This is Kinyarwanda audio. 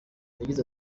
yagize